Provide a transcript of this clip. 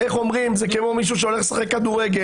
זה כמו מישהו שהולך לשחק כדורגל.